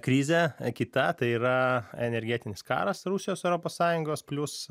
krizė kita tai yra energetinis karas rusijos europos sąjungos plius